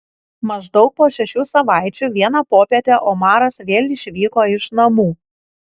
maždaug po šešių savaičių vieną popietę omaras vėl išvyko iš namų